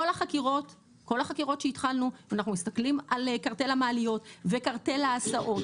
כל החקירות שהתחלנו אותן אנחנו מסתכלים על קרטל המעליות וקרטל ההסעות